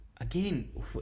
Again